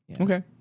Okay